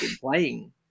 playing